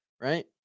right